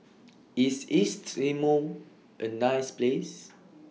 IS East Timor A nice Place